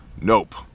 nope